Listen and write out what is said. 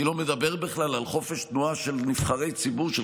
אני לא מדבר בכלל על חופש תנועה של נבחרי ציבורי,